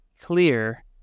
clear